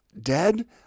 dead